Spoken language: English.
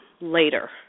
later